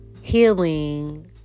healing